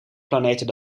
planeten